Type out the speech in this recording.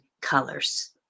colors